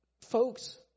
folks